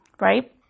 right